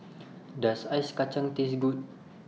Does Ice Kachang Taste Good